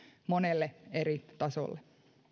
monelle eri tasolle